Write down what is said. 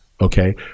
Okay